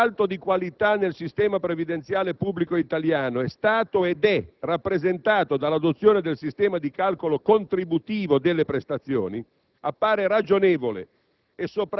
se il salto di qualità nel sistema previdenziale pubblico italiano è stato ed è rappresentato dall'adozione del sistema di calcolo contributivo delle prestazioni, appare ragionevole